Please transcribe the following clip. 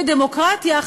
בדמוקרטיה,